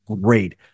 great